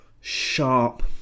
sharp